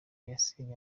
yasenye